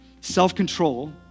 Self-control